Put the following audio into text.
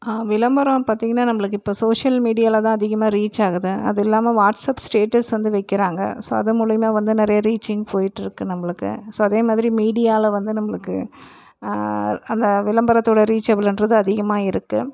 விளம்பரம் பார்த்திங்கன்னா நம்மளுக்கு இப்போ சோஷியல் மீடியாவில தான் அதிகமாக ரீச் ஆகுது அதுவும் இல்லாமல் வாட்ஸ்அப் ஸ்டேட்டஸ் வந்து வைக்கிறாங்க ஸோ அது மூலயமே வந்து நிறைய ரீச்சிங் போயிட்ருக்குது நம்மளுக்கு ஸோ அதேமாதிரி மீடியாவில வந்து நம்மளுக்கு அந்த விளம்பரத்தோட ரீச் எவ்வளோன்றது அதிகமாக இருக்குது